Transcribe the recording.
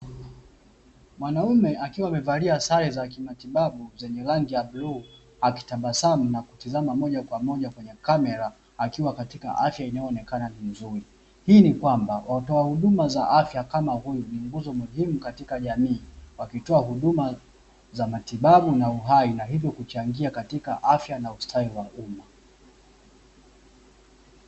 Mwanaume akiwa amevalia sare za kimatibabu zenye rangi ya bluu akitabasamu na kutazama moja kwa moja kwenye kamera akiwa katika afya inayoonekana ni nzuri. Hii ni kwamba watoa huduma za afya kama huyu ni nguzo muhimu katika jamii wakitoa huduma za matibabu na uhai na hivyo kuchangia katika afya na ustawi wa umma.